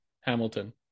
Hamilton